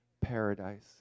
paradise